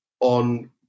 on